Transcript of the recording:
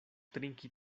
trinki